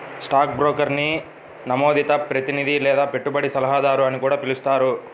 stock బ్రోకర్ని నమోదిత ప్రతినిధి లేదా పెట్టుబడి సలహాదారు అని కూడా పిలుస్తారు